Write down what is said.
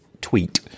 tweet